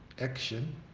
action